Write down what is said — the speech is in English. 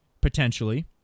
potentially